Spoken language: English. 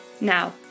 Now